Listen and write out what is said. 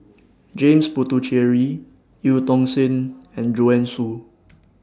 James Puthucheary EU Tong Sen and Joanne Soo